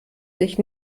sich